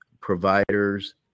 providers